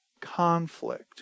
conflict